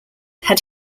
had